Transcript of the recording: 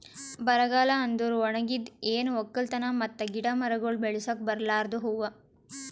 ಬರಗಾಲ ಅಂದುರ್ ಒಣಗಿದ್, ಏನು ಒಕ್ಕಲತನ ಮತ್ತ ಗಿಡ ಮರಗೊಳ್ ಬೆಳಸುಕ್ ಬರಲಾರ್ದು ಹೂಲಾ